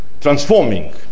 transforming